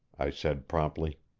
i said promptly.